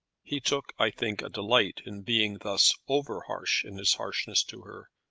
he took, i think a delight in being thus over-harsh in his harshness to her.